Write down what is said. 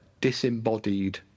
disembodied